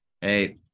hey